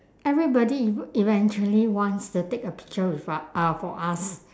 everybody ev~ eventually wants to take a picture with u~ ah for us